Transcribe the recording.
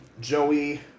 Joey